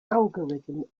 algorithm